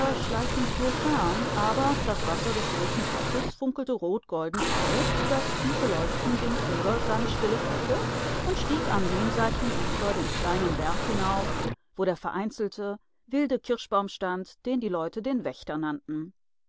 schleichen flur fern aber das wasser des großen teiches funkelte rotgolden auf das tiefe leuchten ging über seine stille fläche und stieg am jenseitigen ufer den kleinen berg hinauf wo der vereinzelte wilde kirschbaum stand den die leute den wächter nannten